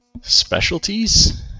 specialties